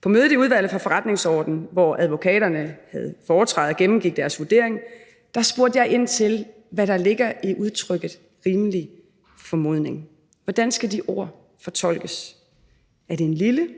På mødet i Udvalget for Forretningsordenen, hvor advokaterne havde foretræde og gennemgik deres vurdering, spurgte jeg ind til, hvad der ligger i udtrykket rimelig formodning. Hvordan skal de ord fortolkes? Er der en lille